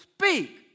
speak